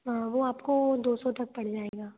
हाँ वो आपको दो सौ तक पड़ जाएगा